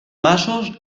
masos